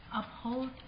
uphold